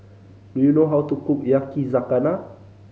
do you know how to cook Yakizakana